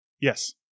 Yes